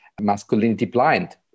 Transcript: masculinity-blind